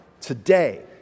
today